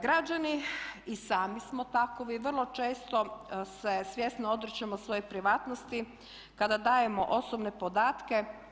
Građani i sami smo takovi vrlo često se svjesno odričemo svoje privatnosti kada dajemo osobne podatke.